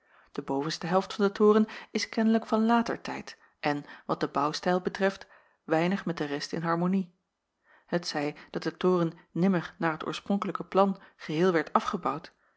de bovenste helft van den toren is kennelijk van later tijd en wat den bouwstijl betreft weinig met de rest in harmonie jacob van ennep laasje evenster t zij dat de toren nimmer naar t oorspronkelijke plan geheel werd afgebouwd